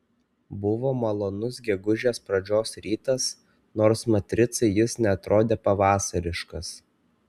buvo malonus gegužės pradžios rytas nors matricai jis neatrodė pavasariškas